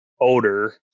odor